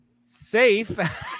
safe